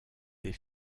des